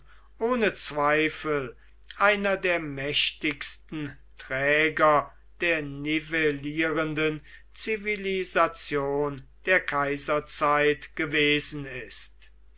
ohne zweifel einer der mächtigsten träger der nivellierenden zivilisation der kaiserzeit gewesen ist